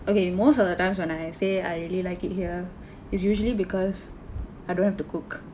okay most of the times when I say I really like it here it's usually because I don't have to cook